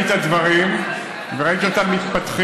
אני ראיתי את הדברים וראיתי אותם מתפתחים.